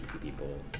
people